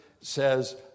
says